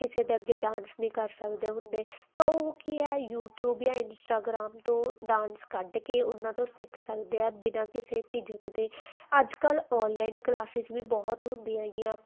ਕਿਸੇ ਦੇ ਅੱਗੇ ਡਾਂਸ ਨਹੀਂ ਕਰ ਸਕਦੇ ਹੁੰਦੇ ਤਾਂ ਉਹ ਕੀ ਹੈ ਯੂਟਿਊਬ ਯਾਂ ਇੰਸਟਾਗ੍ਰਾਮ ਤੋਂ ਡਾਂਸ ਕੱਢ ਕੇ ਉਹਨਾਂ ਤੋਂ ਸਿੱਖ ਸਕਦੇ ਆ ਬਿਨਾਂ ਕਿਸੇ ਝਿਜਕ ਦੇ ਅੱਜਕੱਲ ਆਨਲਾਈਨ ਕਲਾਸਿਜ ਵੀ ਬਹੁਤ ਹੁੰਦੀ ਹੈਗੀਆ